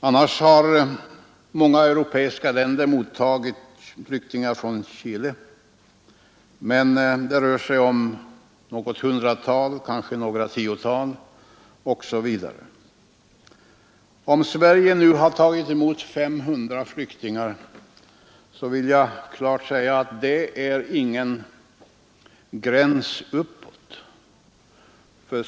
Annars har många europeiska länder mottagit flyktingar från Chile, men det rör sig om något hundratal, kanske några tiotal osv. Om Sverige nu har tagit emot 500 flyktingar vill jag klart säga att det inte är någon gräns uppåt.